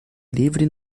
livre